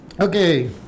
Okay